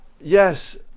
yes